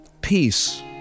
peace